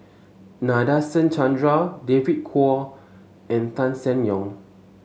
Nadasen Chandra David Kwo and Tan Seng Yong